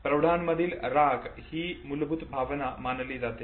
प्रौढांमधील राग ही मूलभूत भावना मानली जाते